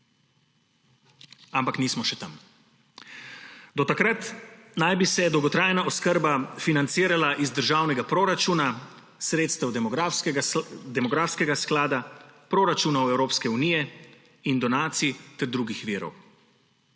Ampak nismo še tam. Do takrat naj bi se dolgotrajna oskrba financirala iz državnega proračuna, sredstev demografskega sklada, proračunov Evropske unije in donacij ter drugih virov.